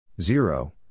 Zero